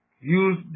Use